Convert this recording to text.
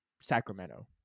Sacramento